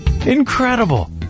Incredible